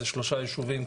זה שלושה יישובים,